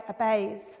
obeys